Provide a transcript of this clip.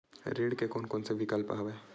ऋण के कोन कोन से विकल्प हवय?